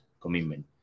commitment